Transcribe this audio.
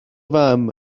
fam